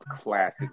classic